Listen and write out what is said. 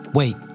Wait